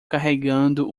carregando